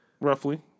Roughly